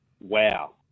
Wow